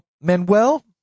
Manuel